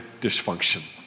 dysfunction